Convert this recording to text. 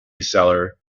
seller